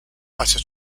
hacia